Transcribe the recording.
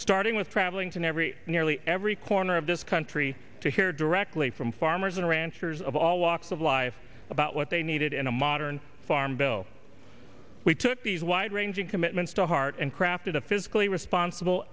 starting with traveling to every nearly every corner of this country to hear directly from farmers and ranchers of all walks of life about what they needed in a modern farm bill we took these wide ranging commitments to heart and crafted a fiscally responsible